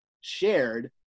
shared